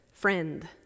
friend